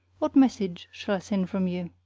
what message shall i send from you?